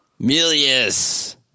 Milius